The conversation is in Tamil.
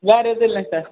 வேறு எதுவும் இல்லை சார்